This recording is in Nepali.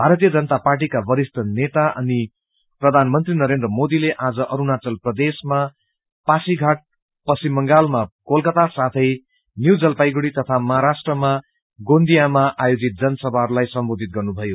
भारतीय जनता पार्टीका वरिष्ठ नेता अनि प्रधानमंत्री नरेन्द्र मोदीले आज अरूणाचल प्रदेशमा पासीघाट पश्चिम बंगालमा कोलकाता साथै यू जलपाईगुड़ी तथा महाराष्ट्रमा गोंदियामा आयोजित जनसभाहरूलाई सम्बोधित गर्नुभयो